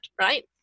right